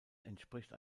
entspricht